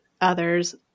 others